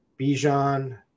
Bijan